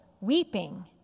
weeping